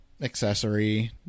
accessory